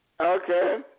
Okay